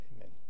Amen